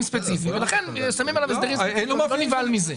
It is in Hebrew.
ספציפיים ולכן קובעים לו הסדרים ספציפיים.